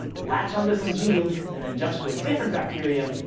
latch onto some genes and then jump to a different bacterium,